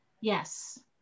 Yes